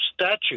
statute